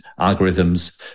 algorithms